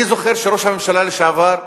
אני זוכר שראש הממשלה לשעבר,